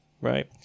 right